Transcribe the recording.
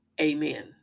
Amen